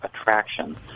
attraction